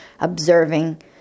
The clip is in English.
observing